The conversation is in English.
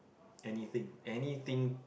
anything anything